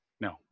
No